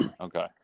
okay